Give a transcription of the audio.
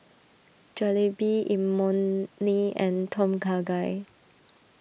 Jalebi Imoni and Tom Kha Gai